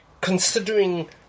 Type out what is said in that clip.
considering